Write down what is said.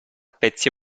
pezzi